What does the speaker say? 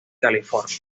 california